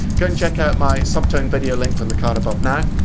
go and check out my subtone video linked on the card above now.